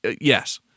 yes